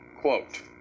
quote